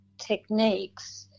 techniques